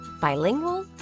Bilingual